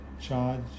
charge